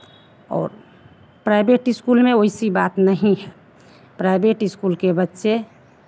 और private school में वैसी बात नहीं है प्राइवेट स्कूल के बच्चे